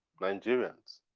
Nigerians